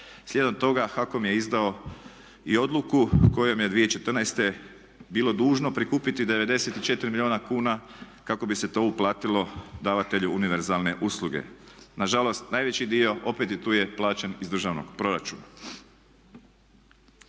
Slijedom toga HAKOM je izdao i odluku kojom je 2014. bilo dužno prikupiti 94 milijuna kuna kako bi se to uplatilo davatelju univerzalne usluge. Na žalost, najveći dio opet i tu je plaćen iz državnog proračuna.